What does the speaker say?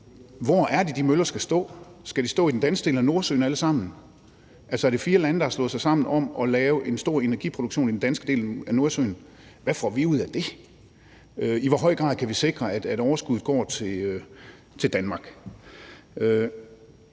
Hvor er det, at de møller skal stå? Skal de alle sammen stå i den danske del af Nordsøen? Er det fire lande, der har slået sig sammen om at lave en stor energiproduktion i den danske del af Nordsøen? Hvad får vi ud af dét? I hvor høj grad kan vi sikre, at overskuddet går til Danmark?